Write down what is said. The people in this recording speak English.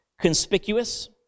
conspicuous